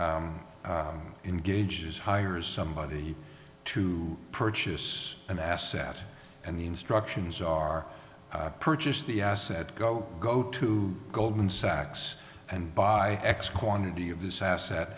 engages hires somebody to purchase an asset and the instructions are purchase the asset go go to goldman sachs and buy x quantity of this asset